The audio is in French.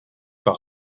par